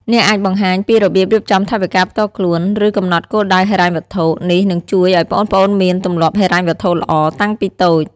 អ្នកអាចបង្ហាញពីរបៀបរៀបចំថវិកាផ្ទាល់ខ្លួន ឬកំណត់គោលដៅហិរញ្ញវត្ថុ នេះនឹងជួយឱ្យប្អូនៗមាន ទម្លាប់ហិរញ្ញវត្ថុល្អ តាំងពីតូច ។